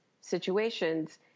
situations